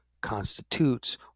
constitutes